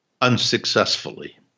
unsuccessfully